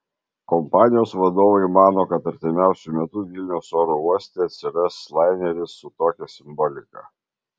kompanijos vadovai mano kad artimiausiu metu vilniaus oro uoste atsiras laineris su tokia simbolika